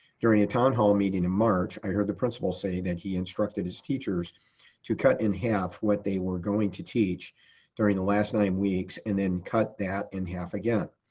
during a town hall meeting in march, i heard the principal say that he instructed his teachers to cut in half what they were going to teach during the last nine weeks, and then cut that in half again.